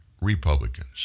Republicans